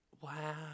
Wow